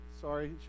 sorry